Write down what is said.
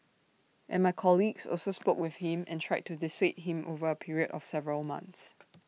and my colleagues also spoke with him and tried to dissuade him over A period of several months